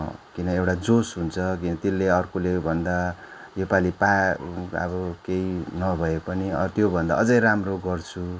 किन एउटा जोस हुन्छ किन त्यसले अर्कोले भन्दा योपालि पा अब केही नभए पनि त्यो भन्दा अझै राम्रो गर्छु